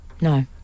No